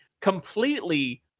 completely